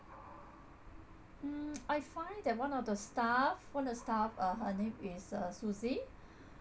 hmm I find that one of the staff one of the staff uh her name is uh susie